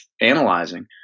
analyzing